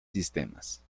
sistemas